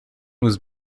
was